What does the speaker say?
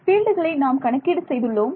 பீல்டுகளை நாம் கணக்கீடு செய்துள்ளோம்